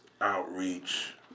Outreach